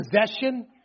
possession